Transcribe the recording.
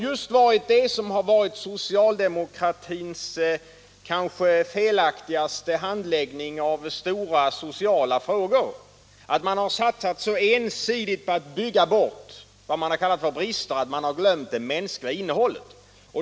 Just detta har varit socialdemokratins kanske felaktigaste handläggning av stora sociala frågor. Man har så ensidigt satsat på att bygga bort vad som kallats brister att man glömt bort det mänskliga innehållet.